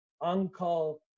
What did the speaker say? uncle